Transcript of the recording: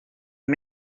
une